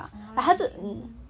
orh like mm